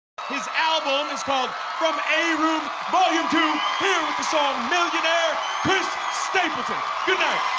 his album is called from a room volume two here with the song millionaire chris stapleton goodnight